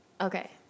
okay